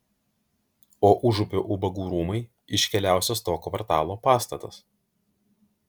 o užupio ubagų rūmai iškiliausias to kvartalo pastatas